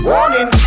Warning